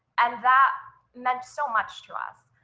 and that meant so much to us.